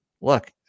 look